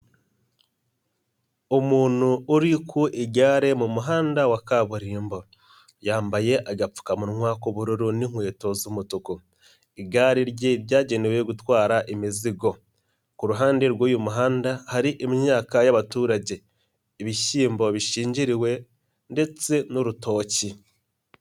Umuntu uri ku igare mu muhanda wa kaburimbo, yambaye agapfukamunwa k'ubururu n'inkweto z'umutuku, igare rye ryagenewe gutwara imizigo, ku ruhande rw'uyu muhanda hari imyaka y'abaturage, ibishyimbo bishingiriwe ndetse n'urutoki.